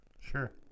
sure